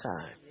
time